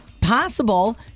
possible